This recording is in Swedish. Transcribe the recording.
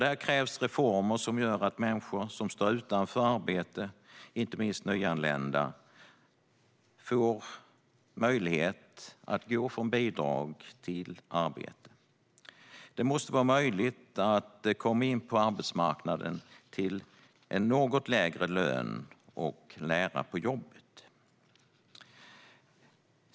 Där krävs reformer som gör att människor som står utan arbete, inte minst nyanlända, får möjlighet att gå från bidrag till arbete. Det måste vara möjligt att komma in på arbetsmarknaden till en något lägre lön och lära på jobbet.